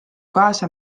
kaasa